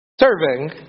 serving